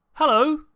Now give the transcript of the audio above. Hello